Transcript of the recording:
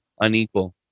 unequal